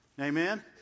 Amen